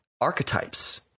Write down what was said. archetypes